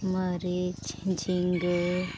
ᱢᱟᱹᱨᱤᱪ ᱡᱷᱤᱜᱟᱹ